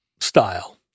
style